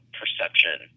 perception